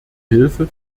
hilfe